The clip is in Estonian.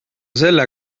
selle